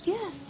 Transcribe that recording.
Yes